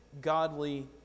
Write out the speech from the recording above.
godly